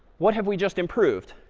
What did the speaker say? what have we just improved?